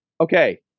Okay